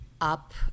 up